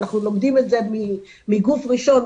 אנחנו לומדים את זה מגוף ראשון,